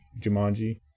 Jumanji